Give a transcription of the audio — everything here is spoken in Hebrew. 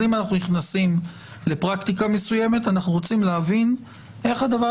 אז אם אנחנו נכנסים לפרקטיקה מסוימת אנחנו רוצים להבין את הדבר,